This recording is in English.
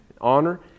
honor